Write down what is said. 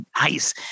nice